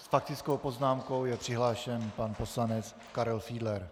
S faktickou poznámkou je přihlášen pan poslanec Karel Fiedler.